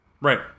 Right